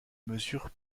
mesure